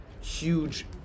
huge